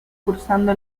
cruzando